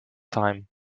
time